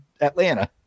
atlanta